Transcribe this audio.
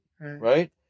Right